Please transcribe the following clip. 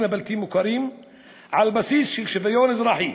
הבלתי-מוכרים על בסיס של שוויון אזרחי,